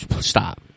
stop